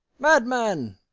madman!